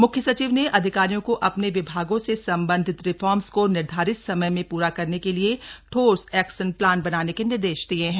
म्ख्य सचिव ने अधिकारियों को अपने विभागों से संबंधित रिफॉर्म्स को निर्धारित समय में पूरा करने के लिए ठोस एक्शन प्लान बनाने के निर्देश दिये हैं